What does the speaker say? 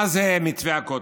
מה זה מתווה הכותל?